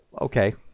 Okay